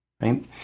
right